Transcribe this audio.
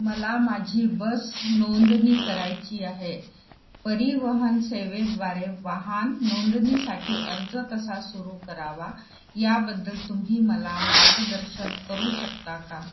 मला माझी बस नोंदणी करायची आहे परिवहन सेवेद्वारे वाहन नोंदणीसाठी अर्ज कसा सुरू करावा याबद्दल तुम्ही मला मार्गदर्शन करू शकता का